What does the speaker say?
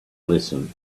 listen